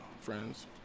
Friends